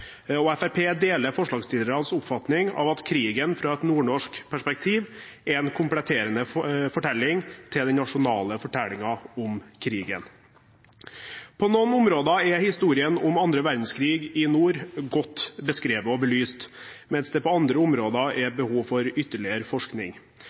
deler forslagsstillernes oppfatning, at krigen fra et nordnorsk perspektiv er en fortelling som kompletterer den nasjonale fortellingen om krigen. På noen områder er historien om annen verdenskrig i nord godt beskrevet og belyst, mens det på andre områder er behov for ytterligere forskning.